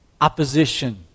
opposition